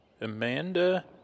Amanda